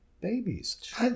babies